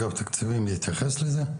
אגף תקציבים יתייחס לזה?